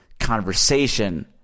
conversation